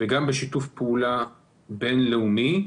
וגם בשיתוף פעולה בין-לאומי.